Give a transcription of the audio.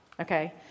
okay